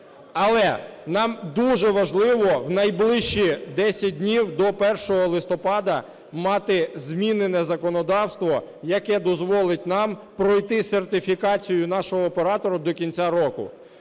Але нам дуже важливо в найближчі 10 днів, до 1 листопада, мати змінене законодавство, яке дозволить нам пройти сертифікацію нашого оператора до кінця року.